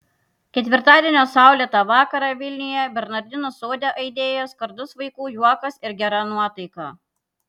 ketvirtadienio saulėtą vakarą vilniuje bernardinų sode aidėjo skardus vaikų juokas ir gera nuotaika